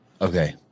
Okay